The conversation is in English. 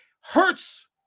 Hurts